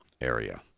area